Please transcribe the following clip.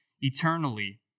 eternally